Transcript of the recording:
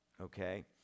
Okay